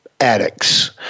addicts